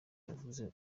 yeguye